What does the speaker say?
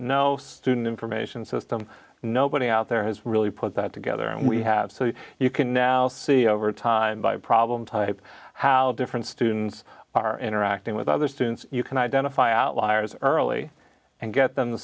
no student information system nobody out there has really put that together and we have so you can now see over time by problem type how different students are interacting with other students you can identify outliers early and get them the